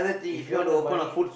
if you want the money